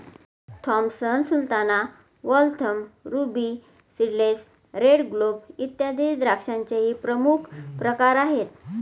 Thompson Sultana, Waltham, Ruby Seedless, Red Globe, इत्यादी द्राक्षांचेही प्रमुख प्रकार आहेत